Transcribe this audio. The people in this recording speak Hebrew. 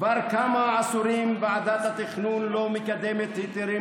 כבר כמה עשורים ועדת התכנון לא מקדמת היתרים